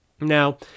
Now